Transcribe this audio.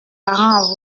parents